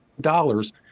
dollars